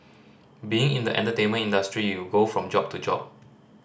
being in the entertainment industry you go from job to job